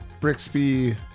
Brixby